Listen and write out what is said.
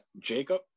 Jacob